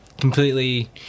completely